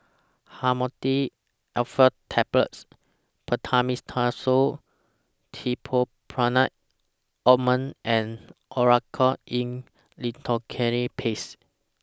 Dhamotil Atropine Tablets Betamethasone Dipropionate Ointment and Oracort E Lidocaine Paste